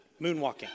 moonwalking